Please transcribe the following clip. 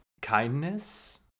kindness